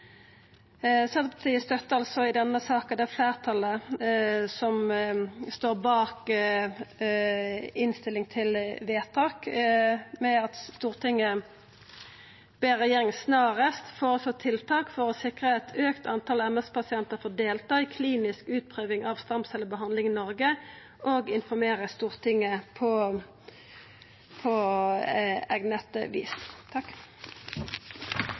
Senterpartiet altså det fleirtalet som står bak innstillinga til vedtak: «Stortinget ber regjeringen snarest foreslå tiltak for å sikre at et økt antall MS-pasienter får delta i klinisk utprøving av stamcellebehandling i Norge, og informere Stortinget på egnet